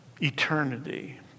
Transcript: Eternity